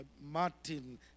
Martin